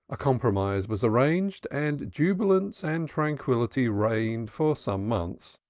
a compromise was arranged and jubilance and tranquillity reigned for some months,